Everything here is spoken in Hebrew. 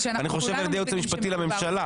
אני חושב על ידי היועץ המשפטי לממשלה,